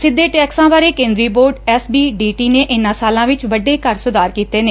ਸਿੱਧੇ ਟੈਕਸਾਂ ਬਾਰੈ ਕੇਂਦਰੀ board C B D T ਨੇ ਇਨਾਂ ਸਾਲਾ ਵਿਚ ਵੱਡੇ ਕਰ ਸੁਧਾਰ ਕੀਤੇ ਨੇ